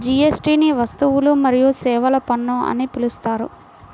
జీఎస్టీని వస్తువులు మరియు సేవల పన్ను అని పిలుస్తారు